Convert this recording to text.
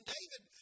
David